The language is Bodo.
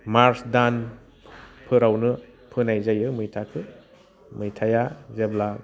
मार्च दान फोरावनो फोनाय जायो मैथाखौ मैथाया जेब्ला